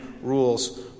rules